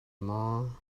maw